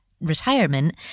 retirement